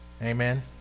Amen